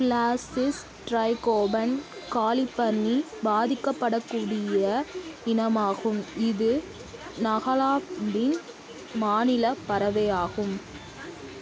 பிளாஸிஸ் tragopan காலிஃபார்மின் பாதிக்கப்படக்கூடிய இனமாகும் இது நகாலாந்தின் மாநில பறவையாகும்